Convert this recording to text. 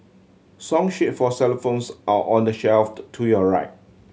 song sheet for xylophones are on the shelf to your right